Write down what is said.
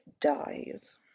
dies